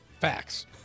Facts